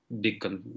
big